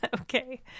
Okay